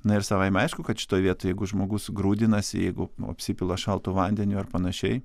na ir savaime aišku kad šitoj vietoj jeigu žmogus grūdinasi jeigu apsipila šaltu vandeniu ar panašiai